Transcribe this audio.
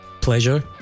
Pleasure